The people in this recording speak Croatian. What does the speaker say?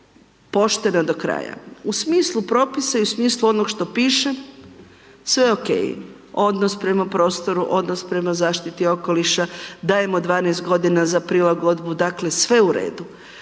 poštena do kraja, u smislu propisa i u smislu što piše, sve ok, odnos prema prostoru, odnos prema zaštiti okoliša, dajemo 12 g. za prilagodbu, dakle sve u redu